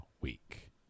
week